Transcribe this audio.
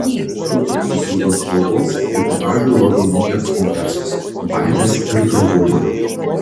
potraukis rudos spalvos trikotažui rodo moters kompleksus baimes ir drovumą